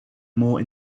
more